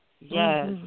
Yes